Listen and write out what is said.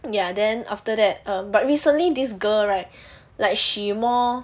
ya then after that um but recently this girl right like she more